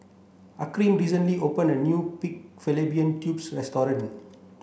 Hakeem recently opened a new pig fallopian tubes restaurant